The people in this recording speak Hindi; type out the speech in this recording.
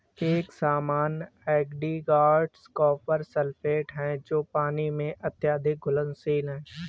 एक सामान्य एल्गीसाइड कॉपर सल्फेट है जो पानी में अत्यधिक घुलनशील है